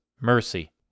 mercy